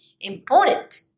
important